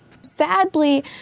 Sadly